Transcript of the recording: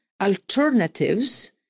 alternatives